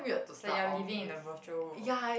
is like you're living in the virtual world